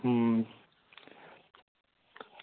हूं